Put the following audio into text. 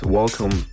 welcome